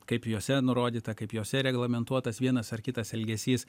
kaip jose nurodyta kaip jose reglamentuotas vienas ar kitas elgesys